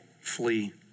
flee